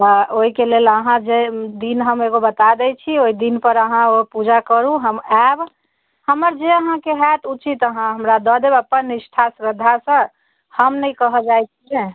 तऽ ओहिके लेल अहाँ जे दिन हम एगो बता दैत छी ओहि दिनपर अहाँ पूजा करू हम आएब हमर जे अहाँकेँ होएत उचित अहाँ हमरा दऽ देब अपन निष्ठासँ श्रद्धासँ हम नहि कहऽ जाइत छियै